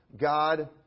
God